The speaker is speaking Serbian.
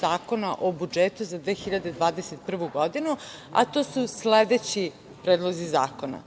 zakona o budžetu za 2021. godinu, a to su sledeći predlozi zakona: